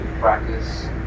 practice